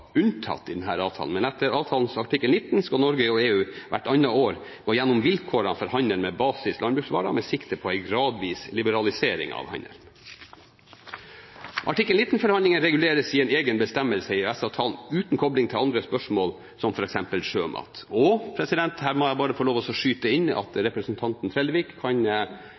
unntatt denne avtalen, men etter avtalens artikkel 19 skal Norge og EU annethvert år gå igjennom vilkårene for handel med basislandbruksvarer, med sikte på en gradvis liberalisering av handelen. Artikkel 19-forhandlingene reguleres i en egen bestemmelse i EØS-avtalen, uten kobling til andre spørsmål, som f.eks. sjømat. Og her må jeg bare få lov å skyte inn at representanten Trellevik kan